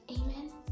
amen